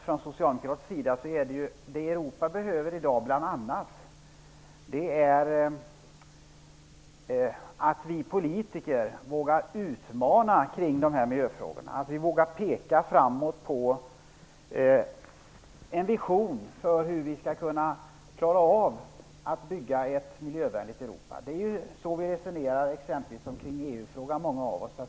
Från socialdemokratisk sida anser vi att vad Europa bl.a. behöver i dag är att vi politiker vågar utmana till debatt om miljöfrågorna, att vi vågar ha en vision om hur vi skall klara av att bygga ett miljövänligt Europa. Så resonerar många av oss också när det gäller EU-frågan.